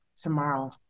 tomorrow